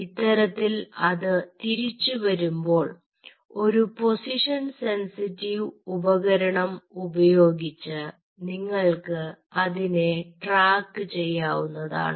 ഇത്തരത്തിൽ അത് തിരിച്ച് വരുമ്പോൾ ഒരു പൊസിഷൻ സെൻസിറ്റീവ് ഉപകരണം ഉപയോഗിച്ച് നിങ്ങൾക്ക് അതിനെ ട്രാക്ക് ചെയ്യാവുന്നതാണ്